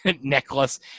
necklace